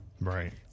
Right